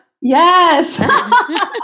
Yes